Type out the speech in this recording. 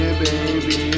baby